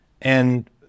And-